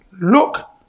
Look